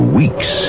weeks